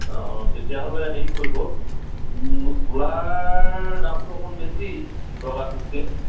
অঁ তেতিয়াহ'লে হেৰি কৰিব ক'লাৰ দামটো অকণমান বেছি বগাটোতকৈ